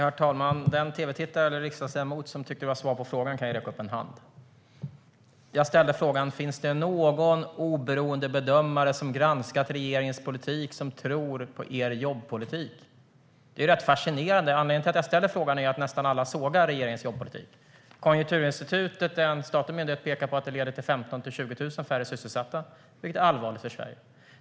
Herr talman! Den tv-tittare eller riksdagsledamot som tycker att detta var svar på frågan kan räcka upp en hand. Jag ställde frågan: Finns det någon oberoende bedömare som granskat regeringens politik och som tror på er jobbpolitik? Detta är rätt fascinerande. Anledningen till att jag ställer frågan är att nästan alla sågar regeringens jobbpolitik. Konjunkturinstitutet, en statlig myndighet, pekar på att den leder till 15 000-20 000 färre sysselsatta, vilket är allvarligt för Sverige.